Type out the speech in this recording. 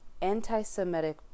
anti-Semitic